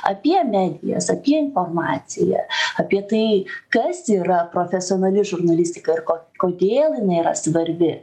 apie medijas apie informaciją apie tai kas yra profesionali žurnalistika ir kodėl jinai yra svarbi